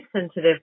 sensitive